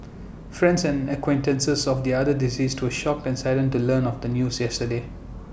friends and acquaintances of the other deceased to shocked and saddened to learn of the news yesterday